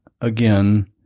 again